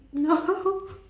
no